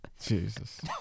Jesus